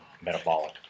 metabolic